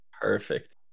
Perfect